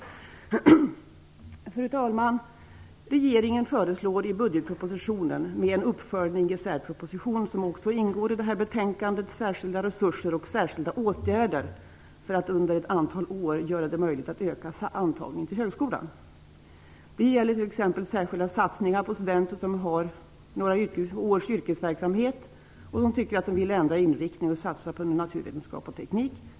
Fru talman! Regeringen föreslår i budgetpropositionen, med en uppföljning i en särproposition som också ingår i detta betänkande, särskilda resurser och åtgärder för att under ett antal år möjliggöra en ökad intagning till högskolan. Det gäller t.ex. särskilda satsningar på studenter som har några års yrkeserfarenhet, vilka vill ändra inriktning och satsa på naturvetenskap och teknik.